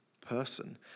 person